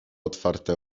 otwarte